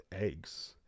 eggs